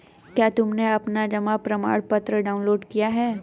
क्या तुमने अपना जमा प्रमाणपत्र डाउनलोड किया है?